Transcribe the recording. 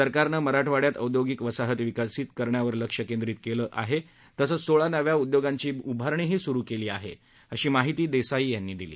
सरकारनं मराठवाड्यात औयोगिक वसाहत विकसित करण्यावर लक्ष केंद्रीत केलं आहे तसंच सोळा नव्या उद्योगांची उभारणीही सुरू आहे अशी माहिती देसाई यांनी दिली